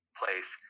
place